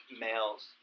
males